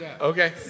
Okay